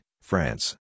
France